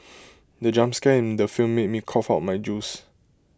the jump scare in the film made me cough out my juice